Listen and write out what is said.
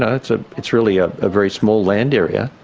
ah it's ah it's really a ah very small land area,